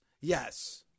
yes